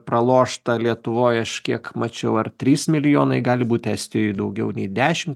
pralošta lietuvoj aš kiek mačiau ar trys milijonai gali būt estijoj daugiau nei dešim